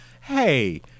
hey